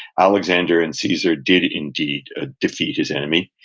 alexander and caesar did indeed ah defeat his enemy.